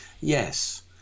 yes